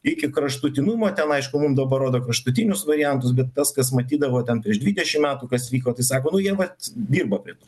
iki kraštutinumo ten aišku mum dabar rodo kraštutinius variantus bet tas kas matydavo ten prieš dvidešimt metų kas vyko tai sako nu jie vat dirba prie to